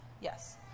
Yes